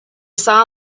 saw